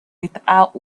without